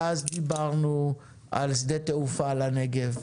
ואז דיברנו על שדה תעופה לנגב,